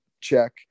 check